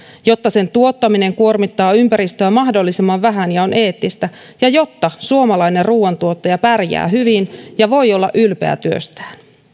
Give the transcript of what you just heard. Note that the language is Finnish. jotta sen tuottaminen kuormittaa ympäristöä mahdollisimman vähän ja on eettistä ja jotta suomalainen ruuantuottaja pärjää hyvin ja voi olla ylpeä työstään